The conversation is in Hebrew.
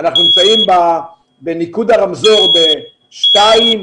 אנחנו נמצאים בניקוד הרמזור בשתיים,